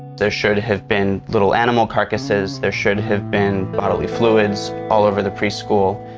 there should have been little animal carcasses. there should have been bodily fluids all over the preschool.